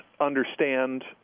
understand